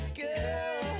girl